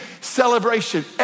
celebration